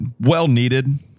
Well-needed